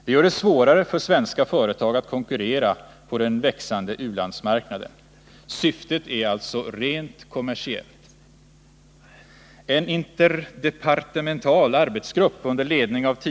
Det gör det svårare för svenska företag att konkurrera på den växande u-landsmarknaden. Syftet är alltså rent kommersiellt.